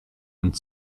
und